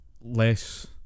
less